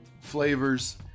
flavors